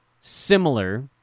similar